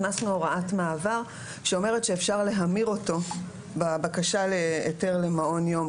הכנסנו הוראת מעבר שאומרת שאפשר להמיר אותו בבקשה להיתר למעון יום,